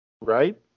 Right